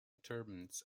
turbans